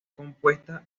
compuesta